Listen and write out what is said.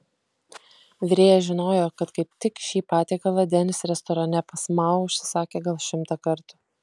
virėjas žinojo kad kaip tik šį patiekalą denis restorane pas mao užsisakė gal šimtą kartų